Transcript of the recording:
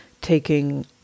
taking